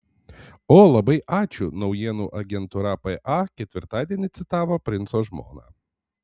o labai ačiū naujienų agentūra pa ketvirtadienį citavo princo žmoną